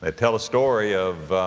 ah tell a story of, ah,